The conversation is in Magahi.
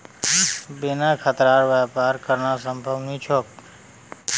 बिना खतरार व्यापार करना संभव नी छोक